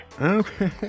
Okay